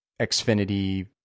Xfinity